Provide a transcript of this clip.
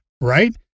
right